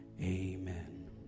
Amen